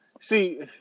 see